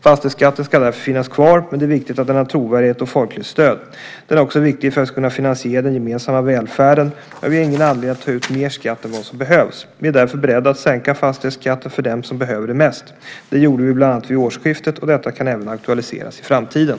Fastighetsskatten ska därför finnas kvar, men det är viktigt att den har trovärdighet och folkligt stöd. Den är också viktig för att vi ska kunna finansiera den gemensamma välfärden, men vi har ingen anledning att ta ut mer i skatt än vad som behövs. Vi är därför beredda att sänka fastighetsskatten för dem som behöver det mest. Det gjorde vi bland annat vid årsskiftet, och detta kan även aktualiseras i framtiden.